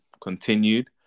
continued